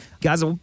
guys